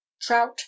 trout